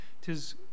Tis